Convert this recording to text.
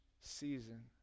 season